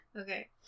Okay